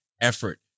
effort